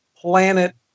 planet